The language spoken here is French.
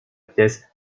pièce